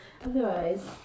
Otherwise